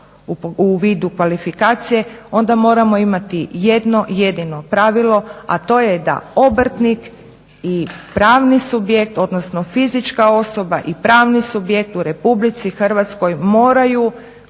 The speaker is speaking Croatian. u vidu kvalifikacije onda moramo imati jedno jedino pravilo, a to je da obrtnik i pravni subjekt odnosno fizička osoba i pravni subjekt u RH moraju